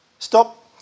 Stop